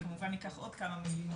אני כמובן אקח עוד כמה מילים,